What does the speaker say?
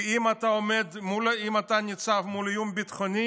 כי אם אתה ניצב מול איום ביטחוני,